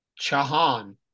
Chahan